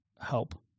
help